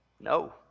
No